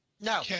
No